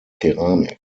keramik